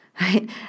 Right